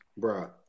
Bruh